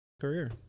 career